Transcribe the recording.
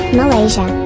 Malaysia